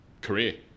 career